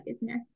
business